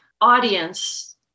audience